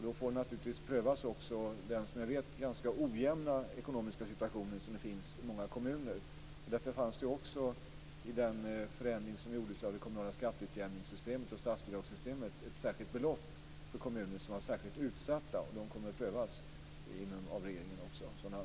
Då får vi naturligtvis också pröva den, som jag vet, ganska ojämna ekonomiska situation som många kommuner har. Därför fanns det i den förändring som gjordes av det kommunala skatteutjämningssystemet och av statsbidragssystemet ett särskilt belopp för kommuner som var särskilt utsatta. Sådana ansökningar kommer att prövas av regeringen.